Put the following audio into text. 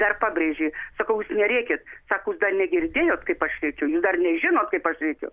dar pabrėžė sakau jūs nerėkit sako jūs dar negirdėjot kaip aš rėkiu jūs dar nežinot kaip aš rėkiu